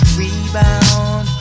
rebound